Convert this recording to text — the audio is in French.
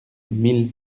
mille